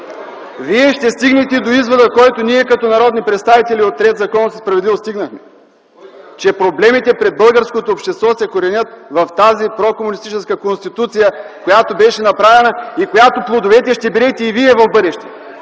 Вие ще стигнете до извода, до който стигнахме ние като народни представители от „Ред, законност и справедливост” – че проблемите пред българското общество се коренят в тази прокомунистическа Конституция, която беше направена и плодовете на която ще берете и вие в бъдеще.